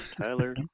Tyler